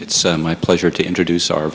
it's my pleasure to introduce our